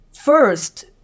First